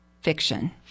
fiction